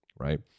right